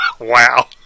Wow